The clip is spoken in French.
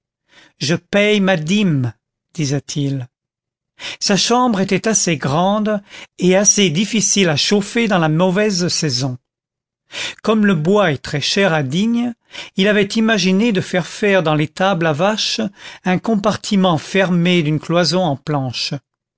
je paye ma dîme disait-il sa chambre était assez grande et assez difficile à chauffer dans la mauvaise saison comme le bois est très cher à digne il avait imaginé de faire faire dans l'étable à vaches un compartiment fermé d'une cloison en planches